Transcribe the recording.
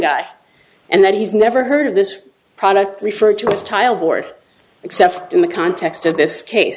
guy and that he's never heard of this product referred to as tile board except in the context of this case